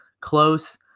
close